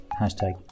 hashtag